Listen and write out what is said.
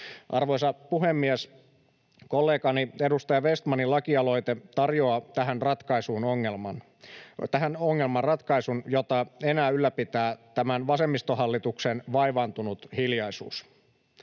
Arvoisa puhemies! Kollegani, edustaja Vestmanin lakialoite tarjoaa ratkaisun tähän ongelmaan, jota enää ylläpitää tämän vasemmistohallituksen vaivaantunut hiljaisuus.